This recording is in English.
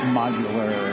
modular